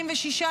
66,